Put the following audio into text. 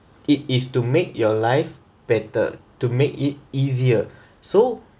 it is to make your life better to make it easier so